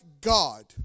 God